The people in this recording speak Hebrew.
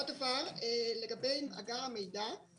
עוד דבר לגבי מאגר המידע.